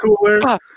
cooler